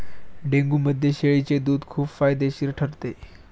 डेंग्यूमध्ये शेळीचे दूध खूप फायदेशीर ठरते